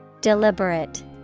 Deliberate